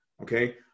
okay